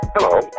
Hello